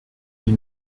die